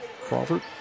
Crawford